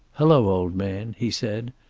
hello, old man, he said.